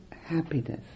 happiness